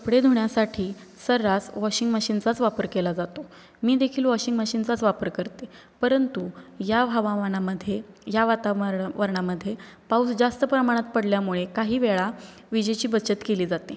कपडे धुण्यासाठी सर्रास वॉशिंग मशीनचाच वापर केला जातो मी देखील वॉशिंग मशीनचाच वापर करते परंतु या हवामानामध्ये या वातावरण वरणाध्ये पाऊस जास्त प्रमाणात पडल्यामुळे काही वेळा विजेची बचत केली जाते